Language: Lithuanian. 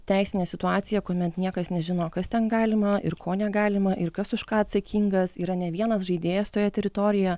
teisinę situacija kuomet niekas nežino kas ten galima ir ko negalima ir kas už ką atsakingas yra ne vienas žaidėjas toje teritorijoje